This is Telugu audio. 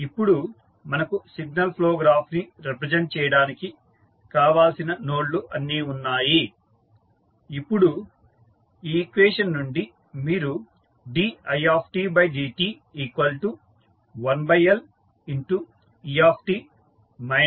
ఇప్పుడు మనకు సిగ్నల్ ఫ్లో గ్రాఫ్ ని రిప్రజెంట్ చేయడానికి కావాల్సిన నోడ్ లు అన్నీ ఉన్నాయి